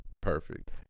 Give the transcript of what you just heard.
perfect